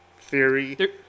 theory